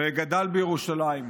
וגדל בירושלים.